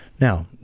Now